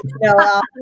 No